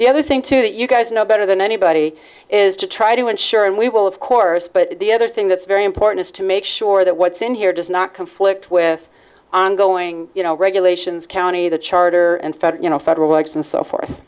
the other thing too that you guys know better than anybody is to try to ensure and we will of course but the other thing that's very important is to make sure that what's in here does not conflict with ongoing you know regulations county the charter and fed you know federal works and so forth